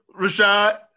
Rashad